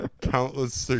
countless